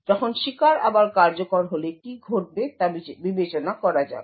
যখন শিকার আবার কার্যকর হলে কী ঘটবে তা বিবেচনা করা যাক